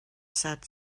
sad